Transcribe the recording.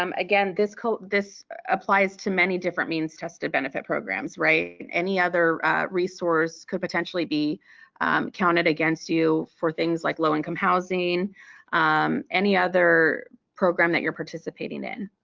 um again this code this applies to many different means-tested benefit programs, right? any other resource could potentially be counted against you for things like low income housing and um any other program that you're participating in.